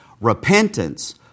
Repentance